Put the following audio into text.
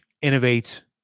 innovate